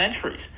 centuries